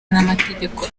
n’amategeko